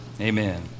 Amen